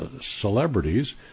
celebrities